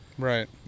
Right